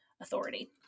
authority